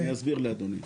לא, אני אסביר לאדוני.